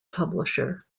publisher